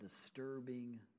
disturbing